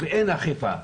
ואין אכיפה.